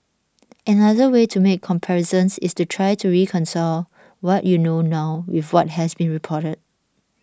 another way to make comparisons is to try to reconcile what you know now with what has been reported